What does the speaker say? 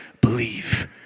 believe